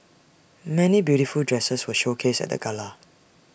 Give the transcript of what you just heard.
many beautiful dresses were showcased at the gala